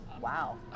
wow